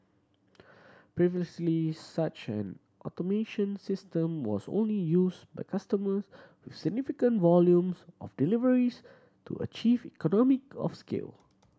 previously such an automation system was only used by customer with significant volumes of deliveries to achieve economic of scale